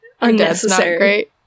unnecessary